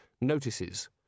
notices